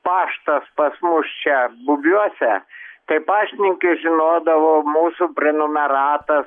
paštas pas mus čia bubiuose tai paštininkės žinodavo mūsų prenumeratas